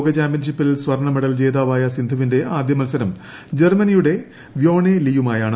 ലോക ചാമ്പ്യൻഷിപ്പിൽ സ്വർണ മെഡൽ ജേതാവായ സിന്ധുവിന്റെ ആദ്യ മത്സരം ജർമ്മനിയുടെ വ്യോണെ ലിയുമായാണ്